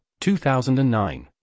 2009